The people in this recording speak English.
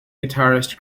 guitarist